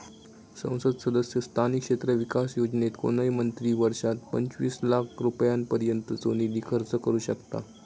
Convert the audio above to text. संसद सदस्य स्थानिक क्षेत्र विकास योजनेत कोणय मंत्री वर्षात पंचवीस लाख रुपयांपर्यंतचो निधी खर्च करू शकतां